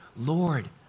Lord